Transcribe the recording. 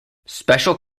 special